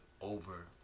over